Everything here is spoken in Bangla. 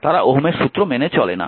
তারা ওহমের সূত্র মেনে চলে না